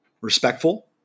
respectful